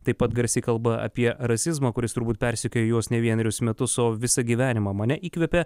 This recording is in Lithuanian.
taip pat garsiai kalba apie rasizmą kuris turbūt persekiojo juos ne vienerius metus o visą gyvenimą mane įkvepia